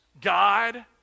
God